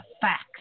facts